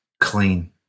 clean